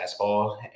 fastball